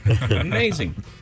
Amazing